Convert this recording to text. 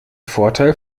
vorteil